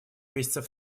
месяцев